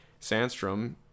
Sandstrom